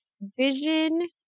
vision